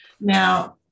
Now